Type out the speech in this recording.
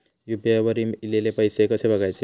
UPI वर ईलेले पैसे कसे बघायचे?